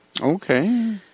okay